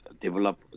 develop